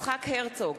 יצחק הרצוג,